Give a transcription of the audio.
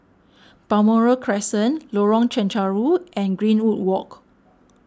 Balmoral Crescent Lorong Chencharu and Greenwood Walk